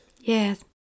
Yes